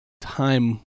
time